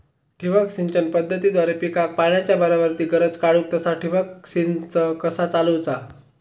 ठिबक सिंचन पद्धतीद्वारे पिकाक पाण्याचा बराबर ती गरज काडूक तसा ठिबक संच कसा चालवुचा?